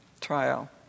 trial